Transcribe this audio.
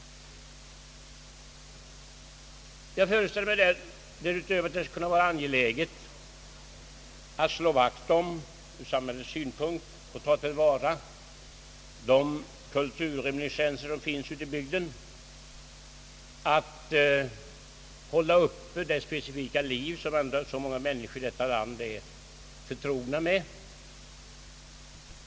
Jag föreställer mig att det ur samhällets synpunkt skulle kunna vara angeläget att slå vakt om och att ta till vara de kulturreminiscenser som finns ute i bygden, att hålla uppe dess specifika liv, som så många människor i detta land är förtrogna med.